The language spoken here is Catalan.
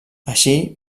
així